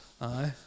Aye